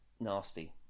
nasty